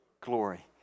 Glory